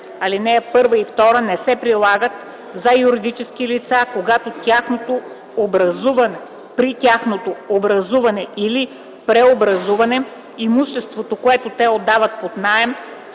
Алинеи 1 и 2 не се прилагат за юридически лица, когато при тяхното образуване или преобразуване имуществото, което те отдават под наем,